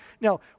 Now